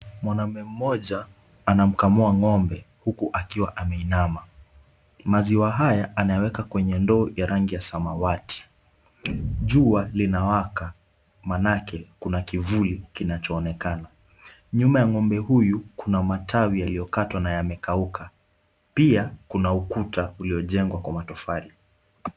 Mwanaume mmoja anamkamua ng'ombe huku akiwa ameinama. Maziwa haya anayaweka kwenye ndoo ya rangi ya samawati. Jua linawaka manake kuna kivuli kinachoonekana. Nyuma ya ng'ombe huyu kuna matawi yaliyokatwa na yamekauka. Pia kuna ukuta uliojengwa kwa matofali.